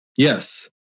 Yes